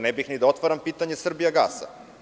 Ne bih ni da otvaram pitanje „Srbijagasa“